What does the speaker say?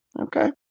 Okay